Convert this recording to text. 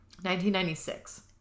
1996